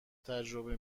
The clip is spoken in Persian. تجربه